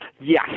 Yes